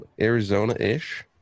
Arizona-ish